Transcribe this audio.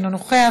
אינו נוכח,